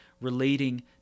relating